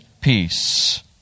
Peace